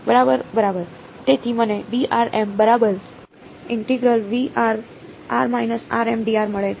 તેથી મને બરાબર મળે છે